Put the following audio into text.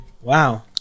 Wow